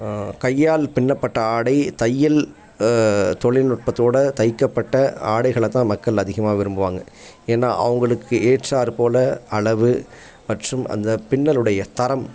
கையால் பின்னப்பட்ட ஆடை தையல் தொழில்நுட்பத்தோட தைக்கப்பட்ட ஆடைகளைத் தான் மக்கள் அதிகமாக விரும்புவாங்கள் ஏன்னா அவங்களுக்கு ஏற்றாற்போல் அளவு மற்றும் அந்த பின்னலுடைய தரம்